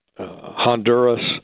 honduras